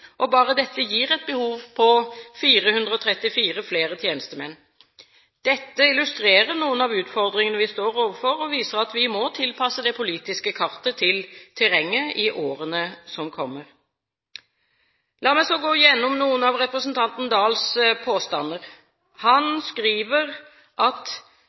og bare dette gir et behov for 434 flere polititjenestemenn. Dette illustrerer noen av utfordringene vi står overfor, og viser at vi må tilpasse det politiske kartet til terrenget i årene som kommer. La meg nå gå gjennom noen av representanten Oktay Dahls påstander.